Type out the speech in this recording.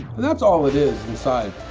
that's all it is inside.